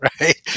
right